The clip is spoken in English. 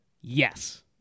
Yes